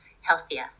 healthier